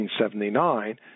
1979